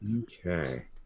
Okay